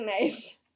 Nice